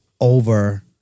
over